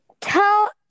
tell